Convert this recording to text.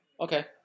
Okay